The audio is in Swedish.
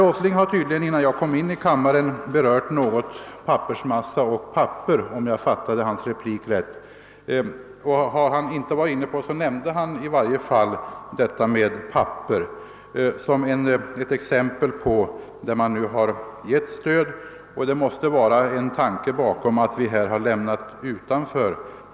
Om jag sedan fattade herr Åslings replik rätt, så hade herr Åsling redan innan jag kom in i kammaren varit inne på frågan om papper och pappersmassa. I varje fall nämnde han papper som exempel på att man givit fraktstöd och att det måste ligga någon tanke bakom att pappersmassan har lämnats utanför.